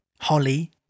Holly